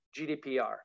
GDPR